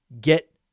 Get